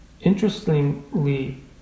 Interestingly